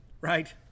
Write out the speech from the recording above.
right